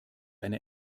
eine